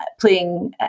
playing